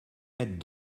mettent